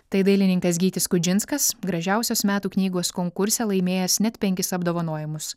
tai dailininkas gytis kudžinskas gražiausios metų knygos konkurse laimėjęs net penkis apdovanojimus